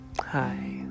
hi